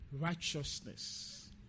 righteousness